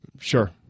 Sure